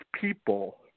people